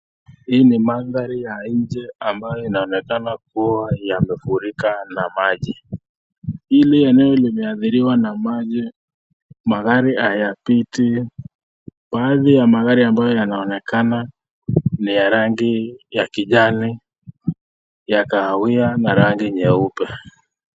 Hii ni mandhari ya nje ambayo inaonekana kuwa yamefurika na maji. Hili eneo limeathiriwa na maji. Magari hayatipiti. Baadhi ya magari ambayo yanaonekana ni ya rangi ya kijani, ya kahawia na rangi nyeupe.